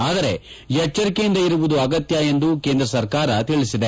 ಆದರೆ ಎಚ್ಚರಿಕೆಯಿಂದ ಇರುವುದು ಅಗತ್ಯ ಎಂದು ಕೇಂದ್ರ ಸರ್ಕಾರ ತಿಳಿಸಿದೆ